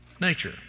nature